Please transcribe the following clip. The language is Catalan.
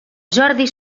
jordi